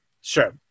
Sure